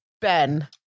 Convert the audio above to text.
Ben